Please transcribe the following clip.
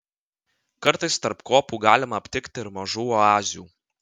kartais tarp kopų galima aptikti ir mažų oazių